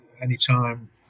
anytime